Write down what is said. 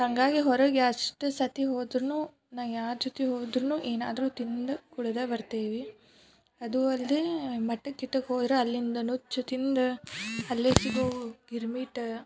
ಹಾಗಾಗಿ ಹೊರಗೆ ಎಷ್ಟು ಸರ್ತಿ ಹೋದ್ರೂ ನಾ ಯಾರ ಜೊತೆ ಹೋದ್ರೂ ಏನಾದರೂ ತಿಂದು ಕುಡಿದೇ ಬರ್ತೀವಿ ಅದೂ ಅಲ್ಲದೆ ಮಠಕ್ಕೆ ಗಿಟಕ್ಕೆ ಹೋದರೆ ಅಲ್ಲಿಂದ ನುಚ್ಚು ತಿಂದು ಅಲ್ಲಿ ಸಿಗೋ ಗಿರ್ಮಿಟ್